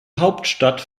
hauptstadt